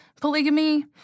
polygamy